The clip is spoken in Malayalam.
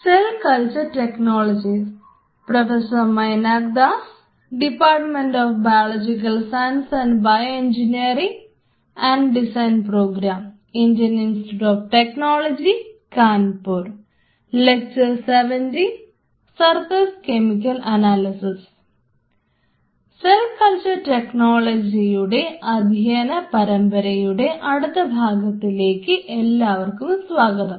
സെൽ കൾച്ചർ ടെക്നോളജിയുടെ അധ്യയന പരമ്പരയുടെ അടുത്ത ഭാഗത്തേക്ക് എല്ലാവർക്കും സ്വാഗതം